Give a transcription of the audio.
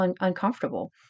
uncomfortable